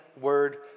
word